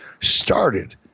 started